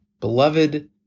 Beloved